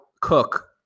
Cook